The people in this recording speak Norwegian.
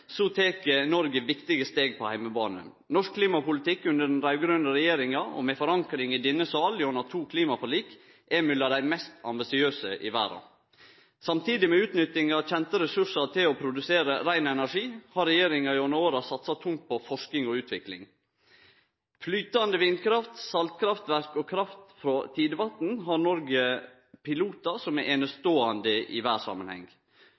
så tek Noreg viktige steg på heimebanen. Norsk klimapolitikk under den raud-grøne regjeringa – og med forankring i denne salen gjennom to klimaforlik – er mellom dei mest ambisiøse i verda. Samtidig: Med utnyttinga av kjende ressursar til å produsere rein energi har regjeringa gjennom åra satsa tungt på forsking og utvikling. Noreg har pilotar som er eineståande i verdssamanheng på flytande vindkraft, saltkraftverk og kraft frå